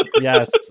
Yes